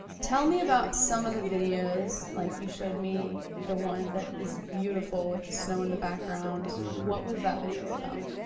tell me about some of the videos, like you showed me the one that is beautiful with the snow in the background. what was that video about?